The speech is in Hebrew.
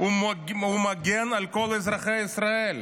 מגן על כל אזרחי ישראל,